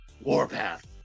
Warpath